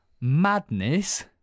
Madness